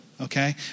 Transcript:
okay